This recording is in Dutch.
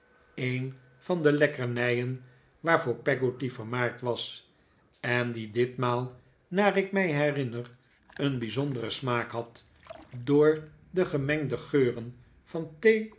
een van de lekkerniien waarvoor peggotty vermaard was en die ditmaal naar ik mij herinner een bijzonderen smaak had door de gemengde geuren van